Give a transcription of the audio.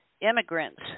immigrants